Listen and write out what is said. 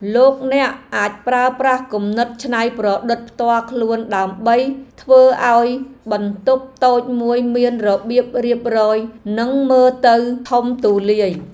លោកអ្នកអាចប្រើប្រាស់គំនិតច្នៃប្រឌិតផ្ទាល់ខ្លួនដើម្បីធ្វើឱ្យបន្ទប់តូចមួយមានរបៀបរៀបរយនិងមើលទៅធំទូលាយ។